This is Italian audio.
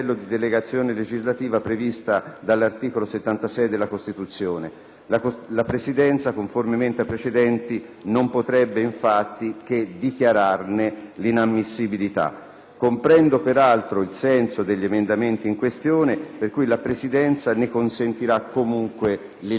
La Presidenza, conformemente ai precedenti, non potrebbe infatti che dichiararne l'inammissibilità. Comprendo peraltro il senso delle proposte in questione, per cui la Presidenza ne consentirà comunque l'illustrazione, pur con questa richiesta.